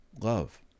love